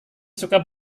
suka